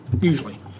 Usually